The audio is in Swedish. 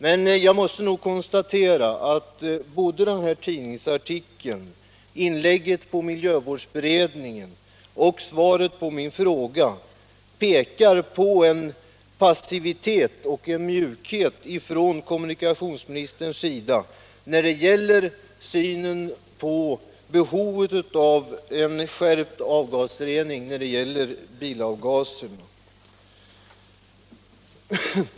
Men jag måste nog konstatera att både den här tidningsartikeln, inlägget på miljövårdsberedningens sammanträde och svaret på min fråga pekar på en passivitet och en mjukhet från kommunikationsministerns sida när det gäller synen på behovet av en skärpning av reglerna för rening av bilavgaser.